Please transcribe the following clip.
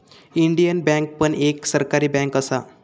Indian bank पण एक सरकारी बँक असा